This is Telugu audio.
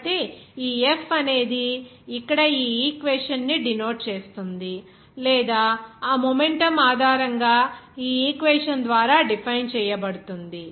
కాబట్టి ఈ F అనేది ఇక్కడ ఈ ఈక్వేషన్ ని డెనోట్ చేస్తుంది లేదా ఆ మొమెంటం ఆధారంగా ఈ ఈక్వేషన్ ద్వారా డిఫైన్ చేయబడుతుంది